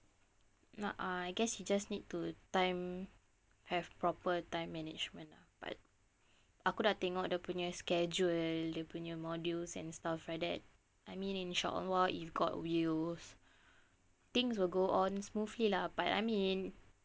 a'ah I guess he just need to time have proper time management ah but aku dah tengok dia punya schedule dia punya modules and stuff like that I mean in short while if got wheels things will go on smoothly lah but I mean